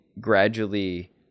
gradually